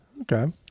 Okay